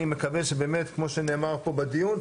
אני מקווה שבאמת כמו שנאמר פה בדיון,